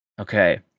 Okay